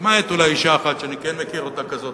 למעט אולי אשה אחת שאני כן מכיר אותה ככזאת,